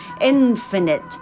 infinite